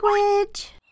Language